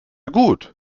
gut